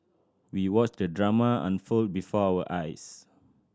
we watched the drama unfold before our eyes